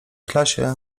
klasie